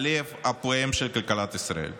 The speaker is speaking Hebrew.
הלב הפועם של כלכלת ישראל.